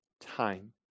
time